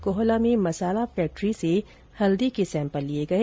कोहला में मसाला फैक्ट्री से हल्दी के सैंपल लिए गए